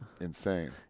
insane